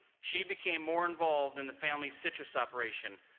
she became more involved in the family's citrus operation,